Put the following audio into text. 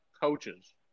coaches